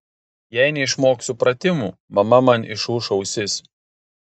jei neišmoksiu pratimų mama man išūš ausis